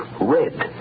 Red